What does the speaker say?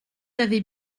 avez